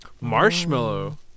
Marshmallow